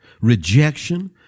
rejection